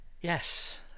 Yes